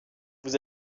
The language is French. vous